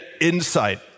insight